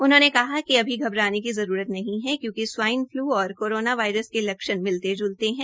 उन्होंने कहा कि अभी घबराने की जरूरत नहीं है क्योंकि स्वाइन फलू और करोना वायरस के लक्षण मिलते ज्लते है